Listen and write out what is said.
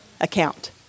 account